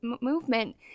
movement